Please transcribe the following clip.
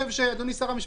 אדוני שר המשפטים,